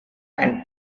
and